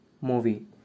movie